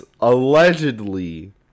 allegedly